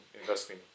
investing